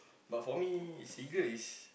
but for me cigar is